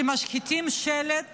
שמשחיתים שלט